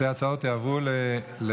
התשפ"ג 2023,